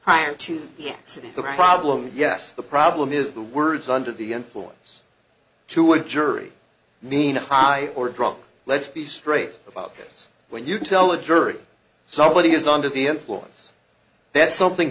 the problem yes the problem is the words under the influence to a jury mean a high or drunk let's be straight about this when you tell a jury somebody is under the influence that something